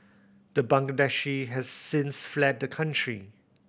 the Bangladeshi has since fled the country